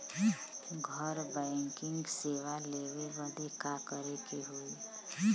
घर बैकिंग सेवा लेवे बदे का करे के होई?